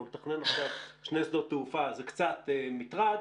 לתכנן עכשיו שני שדות תעופה זה קצת מטרד,